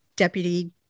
deputy